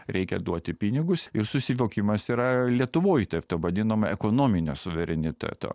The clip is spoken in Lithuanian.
reikia duoti pinigus ir susivokimas yra lietuvoj tarp to vadinamo ekonominio suvereniteto